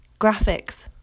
graphics